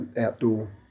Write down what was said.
outdoor